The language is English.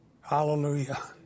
Hallelujah